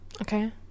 okay